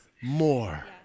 more